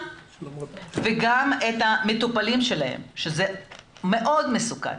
וגם את המטופלים שלהם שזה מאוד מסוכן.